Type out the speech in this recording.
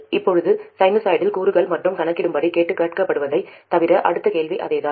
இப்போது நீங்கள் சைனூசாய்டல் கூறுகளை மட்டும் கணக்கிடும்படி கேட்கப்படுவதைத் தவிர அடுத்த கேள்வி அதேதான்